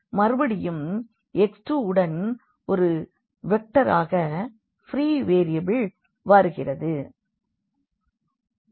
மறுபடியும் x2 உடன் ஒரு வெக்டராக ப்ரீ வேரியபிள் வருகிறது